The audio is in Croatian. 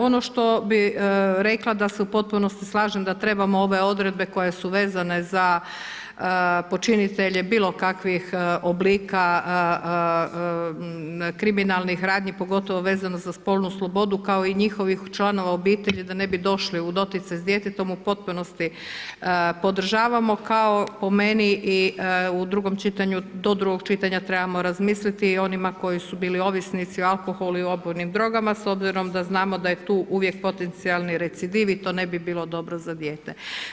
Ono što bih rekla da se u potpunosti slažem da trebamo ove odredbe koje su vezane za počinitelje, bilo kakvih oblika, kriminalnih radnji, pogotovo vezano za spolnu slobodu, kao i njihovih članova obitelji, da ne bi došli u doticaj s djetetom, u potpunosti podržavamo kao po meni do drugog čitanja trebamo razmisliti o onima koji su bili ovisnici o alkoholu i opojnim drogama, s obzirom da znamo da je tu uvijek potencijalni recidiv i to ne bi bilo dobro za dijete.